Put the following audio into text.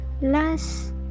last